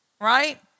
right